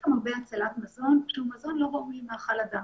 יש כאן הרבה הצלת מזון שהוא מזון שלא ראוי למאכל אדם,